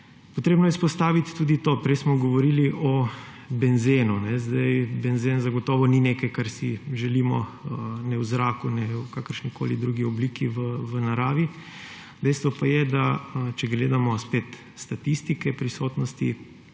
Potrebno je izpostaviti tudi to, prej smo govorili o benzenu. Benzen zagotovo ni nekaj, kar si želimo – ne v zraku ne v kakršnikoli drugi obliki v naravi. Dejstvo pa je, da če gledamo spet statistike prisotnosti